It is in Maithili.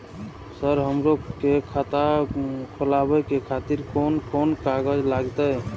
सर हमरो के खाता खोलावे के खातिर कोन कोन कागज लागते?